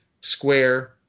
square